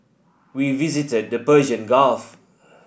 we visited the Persian Gulf